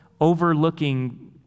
overlooking